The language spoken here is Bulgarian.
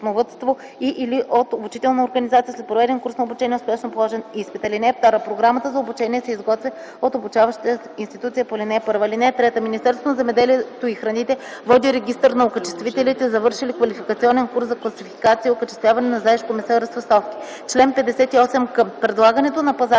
животновъдство, и/или от обучителна организация след проведен курс на обучение и успешно положен изпит. (2) Програмата за обучение се изготвя от обучаващата институция по ал. 1. (3) Министерството на земеделието и храните води регистър на окачествителите, завършили квалификационен курс за класификация и окачествяване на заешко месо и разфасовки. Чл. 58к. Предлагането на пазара